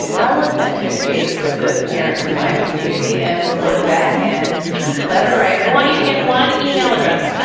i will attempt to engage with the parents in my community and report back in letter writer i want you to get one email address. but